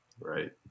right